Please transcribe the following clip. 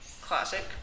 classic